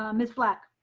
um miss black.